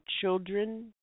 children